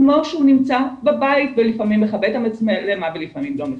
לא כשהוא נמצא בבית ולפעמים מכבה את המצלמה ולפעמים לא מכבה.